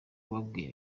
babwiye